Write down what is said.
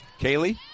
Kaylee